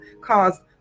cause